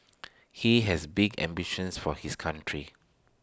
he has big ambitions for his country